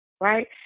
right